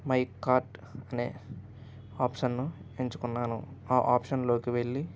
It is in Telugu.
మై కార్ట్ అనే ఆప్షన్ను ఎంచుకున్నాను ఆ ఆప్షన్లోకి వెళ్ళి